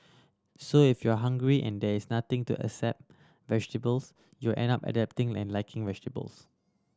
so if you are hungry and there is nothing to accept vegetables you end up adapting and liking vegetables